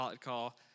call